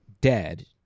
dead